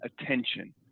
attention